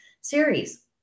series